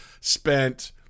spent